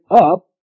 up